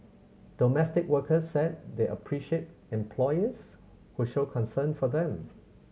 domestic workers said they appreciate employers who show concern for them